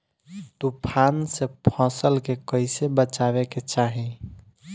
तुफान से फसल के कइसे बचावे के चाहीं?